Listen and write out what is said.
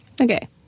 Okay